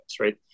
right